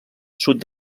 sud